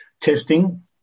testing